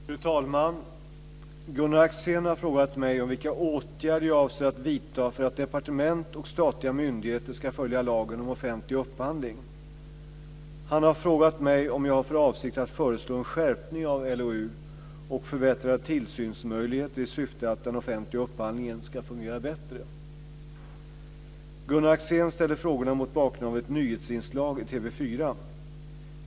Fru talman! Gunnar Axén har frågat mig om vilka åtgärder jag avser att vidta för att departement och statliga myndigheter ska följa lagen om offentlig upphandling, LOU. Han har vidare frågat mig om jag har för avsikt att föreslå en skärpning av LOU och förbättrade tillsynsmöjligheter i syfte att den offentliga upphandlingen ska fungera bättre. Gunnar Axén ställer frågorna mot bakgrund av ett nyhetsinslag i TV 4.